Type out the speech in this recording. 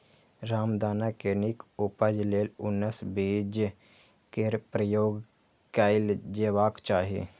रामदाना के नीक उपज लेल उन्नत बीज केर प्रयोग कैल जेबाक चाही